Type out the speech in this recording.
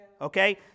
okay